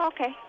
Okay